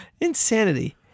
Insanity